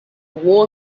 war